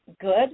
good